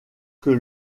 que